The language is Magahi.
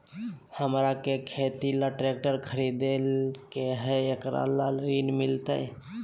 हमरा के खेती ला ट्रैक्टर खरीदे के हई, एकरा ला ऋण मिलतई?